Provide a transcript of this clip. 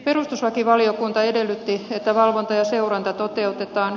perustuslakivaliokunta edellytti että valvonta ja seuranta toteutetaan